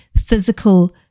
physical